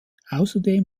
außerdem